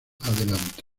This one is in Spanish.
adelante